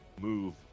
move